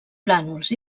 plànols